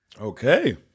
Okay